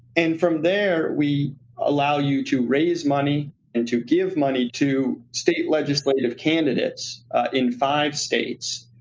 and from there, we allow you to raise money and to give money to state legislative candidates in five states,